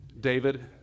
David